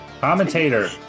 Commentator